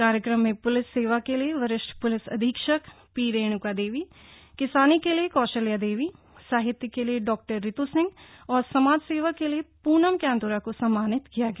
कार्यक्रम में प्लिस सेवा के लिए वरिष्ठ प्लिस अधीक्षक पी रेण्का देवी किसानी के लिए कौशल्या देवी साहित्य के लिए डा ऋतु सिंह और समाज सेवा के लिए प्नम कैंत्रा को सम्मानित किया गया